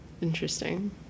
Interesting